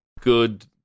good